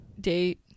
date